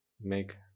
make